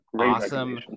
awesome